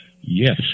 Yes